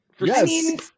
yes